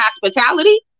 hospitality